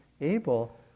able